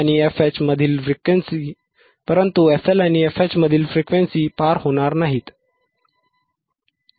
fLआणि fH मधील frequency पार होणार नाहीत